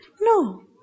No